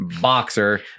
boxer